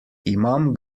imam